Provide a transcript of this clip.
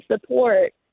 support